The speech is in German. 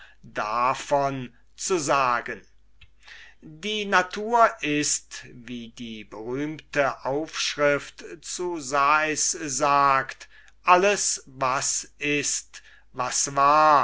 davon zu sagen die natur ist wie die berühmte aufschrift zu sais sagt alles was ist was war